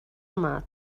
yma